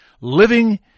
living